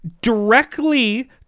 directly